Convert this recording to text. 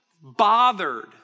bothered